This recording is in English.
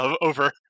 over